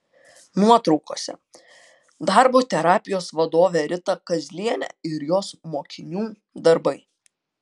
nuotraukose darbo terapijos vadovė rita kazlienė ir jos mokinių darbai